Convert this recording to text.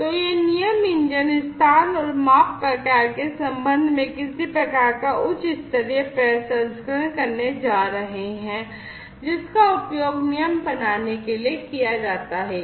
तो ये नियम इंजन स्थान और माप प्रकार के संबंध में किसी प्रकार का उच्च स्तरीय प्रसंस्करण करने जा रहे हैं जिसका उपयोग नियम बनाने के लिए किया जाता है